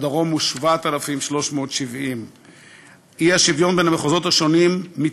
בדרום הוא 7,370. האי-שוויון בין המחוזות מתרחב,